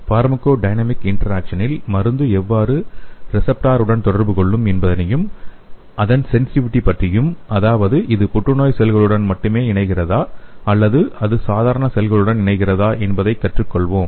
pharmacodynamic இன்டராக்சனில் மருந்து எவ்வாறு ரிசப்டார் உடன் தொடர்பு கொள்ளும் என்பதையும் அதன் சென்ஸிடிவிடி பற்றியும் அதாவது இது புற்றுநோய் செல்களுடன் மட்டுமே இணைகிறதா அல்லது அது சாதாரண செல்களுடன் இணைகிறதா என்பதை கற்றுக் கொள்வொம்